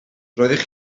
roeddech